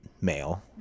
male